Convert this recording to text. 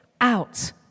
out